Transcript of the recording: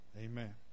Amen